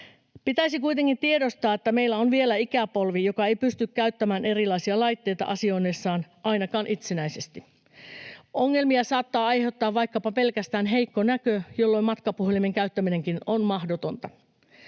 Pitäisi kuitenkin tiedostaa, että meillä on vielä ikäpolvi, joka ei pysty käyttämään erilaisia laitteita asioinnissaan ainakaan itsenäisesti. Ongelmia saattaa aiheuttaa vaikkapa pelkästään heikko näkö, jolloin matkapuhelimen käyttäminenkin on mahdotonta.